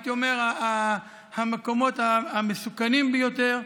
הייתי אומר, מהמקומות המסוכנים ביותר,